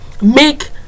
make